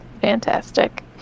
Fantastic